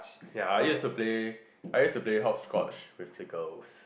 ya I used to Play I used to play hop scotch with the girls